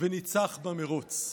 וניצח במרוץ.